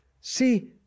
See